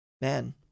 man